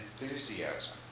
enthusiasm